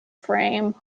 frame